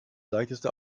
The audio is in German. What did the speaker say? leichteste